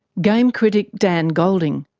game critic dan golding.